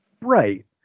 Right